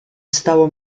stało